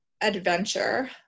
adventure